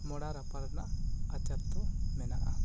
ᱢᱚᱲᱟ ᱨᱟᱯᱟᱜ ᱨᱮᱱᱟᱜ ᱟᱪᱟᱨ ᱫᱚ ᱢᱮᱱᱟᱜᱼᱟ